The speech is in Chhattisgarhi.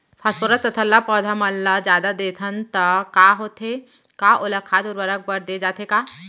फास्फोरस तथा ल पौधा मन ल जादा देथन त का होथे हे, का ओला खाद उर्वरक बर दे जाथे का?